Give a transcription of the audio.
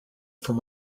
from